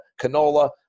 canola